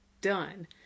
done